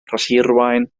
rhoshirwaun